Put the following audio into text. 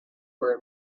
were